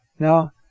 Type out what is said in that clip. Now